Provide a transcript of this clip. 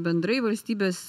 bendrai valstybės